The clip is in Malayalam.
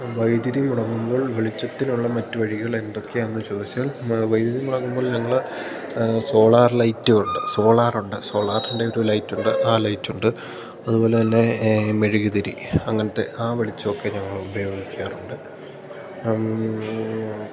വൈദ്യുതി മുടങ്ങുമ്പോൾ വെളിച്ചത്തിലുള്ള മറ്റു വഴികൾ എന്തൊക്കെയാണെന്നു ചോദിച്ചാൽ വൈദ്യുതി മുടങ്ങുമ്പോൾ ഞങ്ങള് സോളാർ ലൈറ്റുണ്ട് സോളാറുണ്ട് സോളാറിൻ്റെ ഒരു ലൈറ്റുണ്ട് ആ ലൈറ്റുണ്ട് അതുപോലെതന്നെ മെഴുകുതിരി അങ്ങനത്തെ ആ വെളിച്ചമൊക്കെ ഞങ്ങൾ ഉപയോഗിക്കാറുണ്ട്